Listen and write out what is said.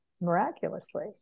miraculously